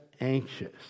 anxious